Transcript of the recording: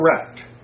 Correct